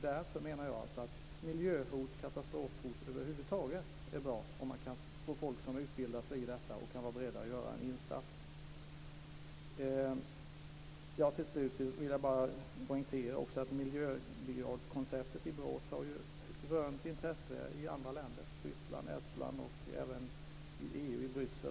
Därför menar jag att det är bra om man kan få folk som utbildar sig och är beredda att göra en insats när det gäller miljöhot och katastrofhot över huvud taget. Till slut vill jag bara poängtera att miljöbrigadkonceptet i Borås har rönt intresse i andra länder, i Ryssland, i Estland och tydligen även i EU, i Bryssel.